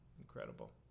Incredible